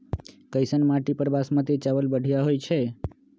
कैसन माटी पर बासमती चावल बढ़िया होई छई?